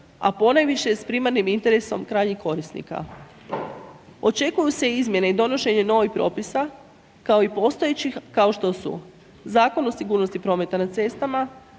a ponajviše s primarnim interesom krajnjeg korisnika. Očekuju se izmjene i donošenje novih propisa kao i postojećih kao što su Zakon o sigurnosti prometa na cestama,